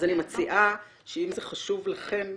אז אני מציעה שאם זה חשוב לכן,